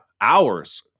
hours